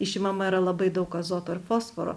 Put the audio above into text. išimama yra labai daug azoto ir fosforo